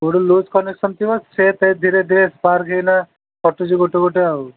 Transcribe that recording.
କେଉଁଠି loose connection ଥିବ ସେ ତେ ଧୀରେ ଧୀରେ ସ୍ପାର୍କ୍ ହୋଇକିନା କଟୁଛି ଗୋଟେ ଗୋଟେ ଆଉ